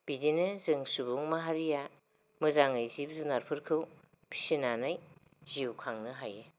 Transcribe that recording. बिदिनो जों सुबुं माहारिआ मोजाङै जिब जुनारफोरखौ फिसिनानै जिउ खांनो हायो